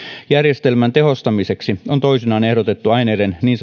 järjestelmän tehostamiseksi on toisinaan ehdotettu aineiden niin